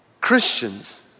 Christians